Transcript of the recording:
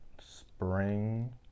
spring